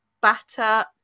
batter